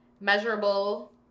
measurable